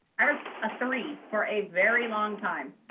i was a three for a very long time.